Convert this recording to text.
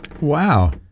wow